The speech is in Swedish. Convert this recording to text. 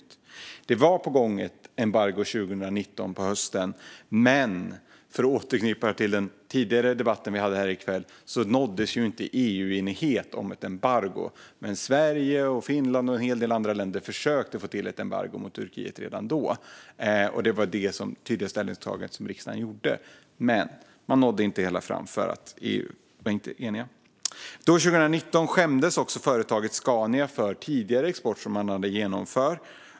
Det var på gång ett embargo hösten 2019. För att återknyta till den tidigare debatten vi hade här i kväll nåddes inte EU-enighet om ett embargo, men Sverige och Finland och en hel del andra länder försökte få till ett embargo mot Turkiet redan då. Det var det tydliga ställningstagande som riksdagen gjorde, men man nådde inte hela vägen fram därför att EU inte var enigt. Då, 2019, skämdes företaget Scania för tidigare export som man hade genomfört.